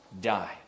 die